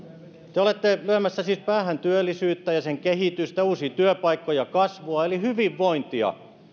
te te olette siis lyömässä päähän työllisyyttä ja sen kehitystä uusia työpaikkoja kasvua eli hyvinvointia